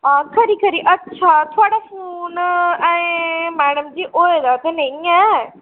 हां खरी खरी अच्छा थुआढ़ा फोन अजें मैडम जी होए दा ते नेईं ऐ